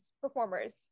performers